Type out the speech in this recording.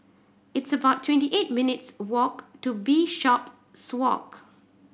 it's about twenty eight minutes' walk to Bishopswalk